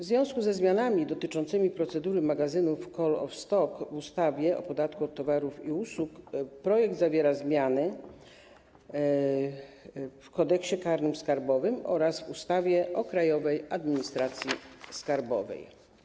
W związku ze zmianami dotyczącymi procedury magazynów call-off stock w ustawie o podatku od towarów i usług projekt zawiera zmiany w Kodeksie karnym skarbowym oraz w ustawie o Krajowej Administracji Skarbowej.